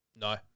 No